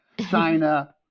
China